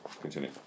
Continue